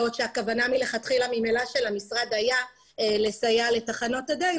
בעוד שהכוונה מלכתחילה של המשרד הייתה לסייע לתחנות הדלק,